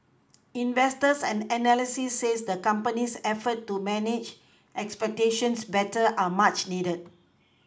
investors and analysts says the company's efforts to manage expectations better are much needed